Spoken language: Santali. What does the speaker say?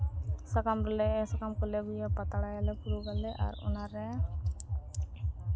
ᱥᱟᱠᱟᱢ ᱠᱚ ᱥᱟᱠᱟᱢ ᱠᱚᱞᱮ ᱟᱹᱜᱩᱭᱟ ᱯᱟᱛᱲᱟᱭᱟᱞᱮ ᱯᱷᱩᱲᱩᱜᱽ ᱟᱞᱮ ᱟᱨ ᱚᱱᱟᱨᱮ